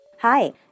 Hi